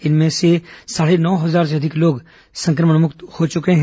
इनमें से साढ़े नौ हजार से अधिक लोग संक्रमणमक्त हो चके हैं